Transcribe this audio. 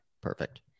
perfect